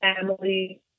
family